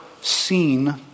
seen